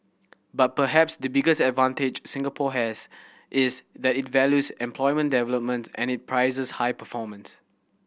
but perhaps the biggest advantage Singapore has is that it values employment development and it prizes high performance